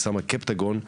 סם הקפטגון.